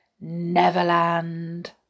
Neverland